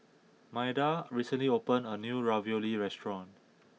Maida recently opened a new Ravioli restaurant